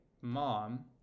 mom